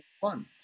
fun